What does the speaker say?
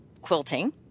quilting